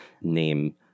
name